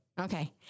Okay